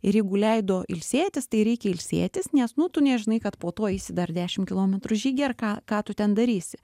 ir jeigu leido ilsėtis tai reikia ilsėtis nes nu tu nežinai kad po to eisi dar dešimt kilometrų žygį ar ką ką tu ten darysi